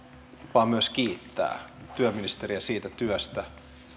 vaan myös kiittää työministeriä siitä työstä